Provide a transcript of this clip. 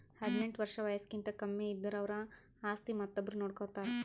ಹದಿನೆಂಟ್ ವರ್ಷ್ ವಯಸ್ಸ್ಕಿಂತ ಕಮ್ಮಿ ಇದ್ದುರ್ ಅವ್ರ ಆಸ್ತಿ ಮತ್ತೊಬ್ರು ನೋಡ್ಕೋತಾರ್